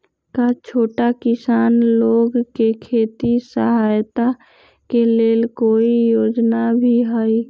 का छोटा किसान लोग के खेती सहायता के लेंल कोई योजना भी हई?